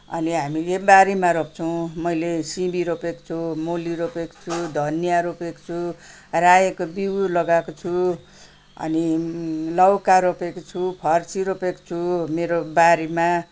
अनि हामीले बारीमा रोप्छौँ मैले सिमी रोपेको छु मुली रोपेको छु धनियाँ रोपेको छु रायोको बिउ लगाएको छु अनि लौका रोपेको छु फर्सी रोपेको छु मेरो बारीमा